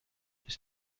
ist